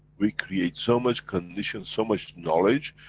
we create so much conditions, so much knowledge,